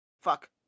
Fuck